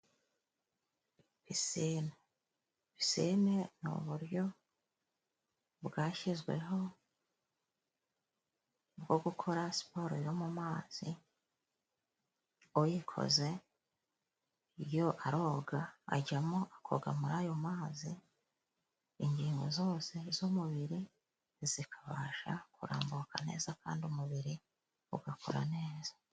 Pisine, pisine ni uburyo bwashyizweho bwo gukora siporo yo mu mazi, uyikoze yo aroga ajyamo akoga muri ayo mazi, ingingo zose z'umubiri zikabasha kurambuka neza kandi umubiri ugakora neza.